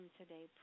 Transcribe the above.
today